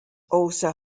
also